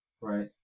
right